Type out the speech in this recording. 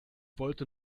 wollte